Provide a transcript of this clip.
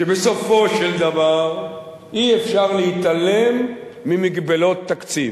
שבסופו של דבר אי-אפשר להתעלם ממגבלות תקציב.